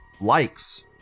likes